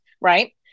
Right